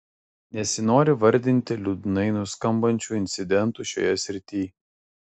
nesinori vardinti liūdnai nuskambančių incidentų šioje srityj